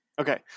Okay